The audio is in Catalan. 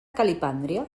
calipàndria